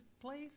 Place